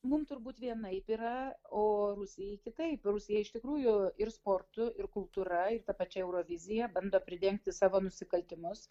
mum turbūt vienaip yra o rusijai kitaip rusija iš tikrųjų ir sportu ir kultūra ir ta pačia eurovizija bando pridengti savo nusikaltimus